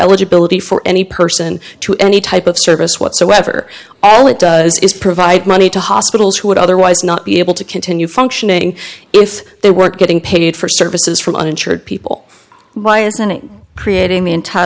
eligibility for any person to any type of service whatsoever all it does is provide money to hospitals who would otherwise not be able to continue functioning if they weren't getting paid for services from uninsured people why isn't it creating the enti